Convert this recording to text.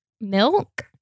Milk